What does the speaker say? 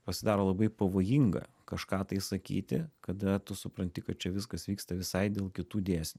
pasidaro labai pavojinga kažką tai sakyti kada tu supranti kad čia viskas vyksta visai dėl kitų dėsnių